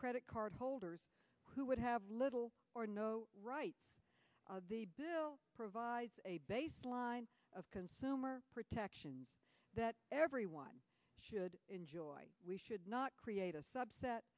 credit card holders who would have little or no right provide a baseline of consumer protections that everyone should enjoy we should not create a subset